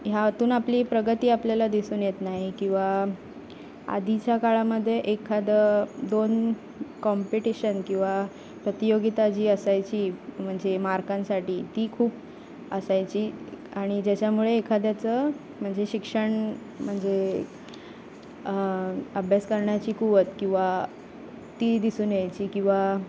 ह्यातून आपली प्रगती आपल्याला दिसून येत नाही किंवा आधीच्या काळामध्ये एखादं दोन कॉम्पिटिशन किंवा प्रतियोगिता जी असायची म्हणजे मार्कांसाठी ती खूप असायची आणि ज्याच्यामुळे एखाद्याचं म्हणजे शिक्षण म्हणजे अभ्यास करण्याची कुवत किंवा ती दिसून यायची किंवा